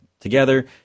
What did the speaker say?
Together